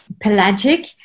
pelagic